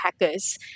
hackers